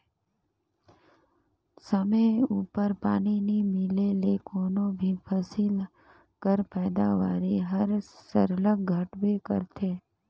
समे उपर पानी नी मिले ले कोनो भी फसिल कर पएदावारी हर सरलग घटबे करथे